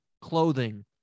clothing